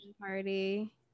party